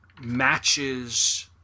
matches